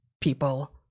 people